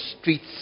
streets